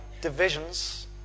divisions